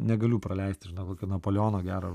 negaliu praleisti kokio napoleono gero